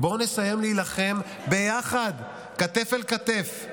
בואו נסיים להילחם, ביחד, כתף אל כתף.